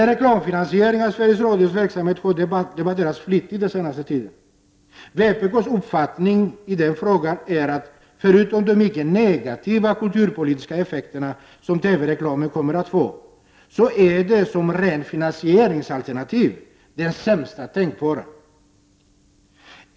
Reklamfinansiering av Sveriges Radios verksamhet har debatterats flitigt den senaste tiden. Vpk:s uppfattning i den frågan är att förutom de mycket negativa kulturpolitiska effekter som TV-reklamen kommer att få är reklamen som rent finansieringsalternativ det sämsta tänkbara.